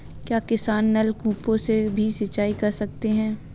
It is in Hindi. क्या किसान नल कूपों से भी सिंचाई कर सकते हैं?